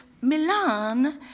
Milan